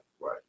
Right